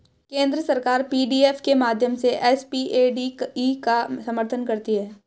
केंद्र सरकार पी.डी.एफ के माध्यम से एस.पी.ए.डी.ई का समर्थन करती है